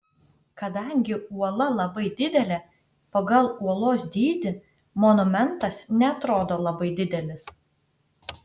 kadangi uola labai didelė pagal uolos dydį monumentas neatrodo labai didelis